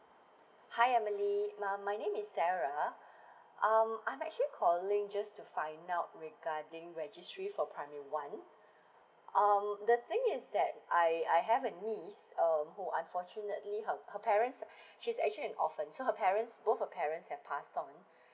hi emily my my name is sarah um I'm actually calling just to find out regarding registry for primary one um the thing is that I I have a niece um who unfortunately her her parents she's actually an orphan so her parents both her parents have passed on